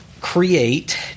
create